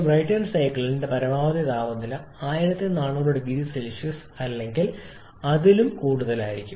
Brayton സൈക്കിളിൽ ഇത് പരമാവധി താപനില 1400 0C അല്ലെങ്കിൽ അതിലും കൂടുതലായിരിക്കും